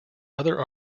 other